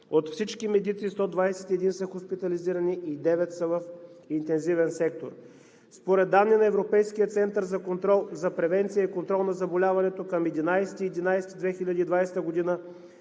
От всички медици 121 са хоспитализирани и 9 са в интензивен сектор. Според данни на Европейския център за превенция и контрол на заболяването към 11 ноември 2020 г.